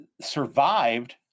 survived